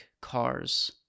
cars